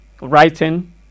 writing